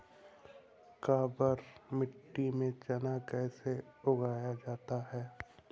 काबर मिट्टी में चना कैसे उगाया जाता है?